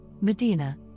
Medina